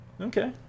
Okay